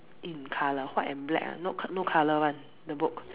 in colour white and black ah no c~ no colour [one] the book